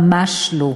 ממש לא.